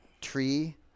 Tree